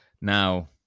Now